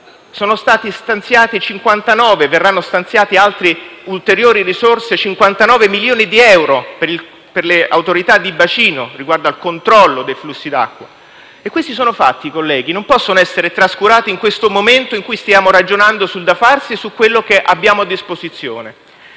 verranno stanziate - per le autorità di bacino riguardo al controllo dei flussi d'acqua. Questi sono fatti, colleghi, che non possono essere trascurati in questo momento in cui stiamo ragionando sul da farsi e su quanto abbiamo a disposizione.